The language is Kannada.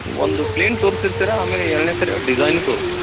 ಒಂದು ಪ್ಲೇನ್ ತೋರಿಸ್ರಿ ಸರ್ ಆಮೇಲೆ ಎರಡನೇ ಸರಿ ಡಿಸೈನು ತೋರಿಸ್ರಿ ಸರ್